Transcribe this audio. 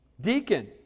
Deacon